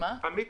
עמית